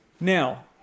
Now